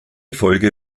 folge